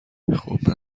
خوبم